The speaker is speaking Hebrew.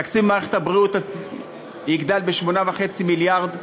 תקציב מערכת הבריאות יגדל ב-8.5 מיליארד,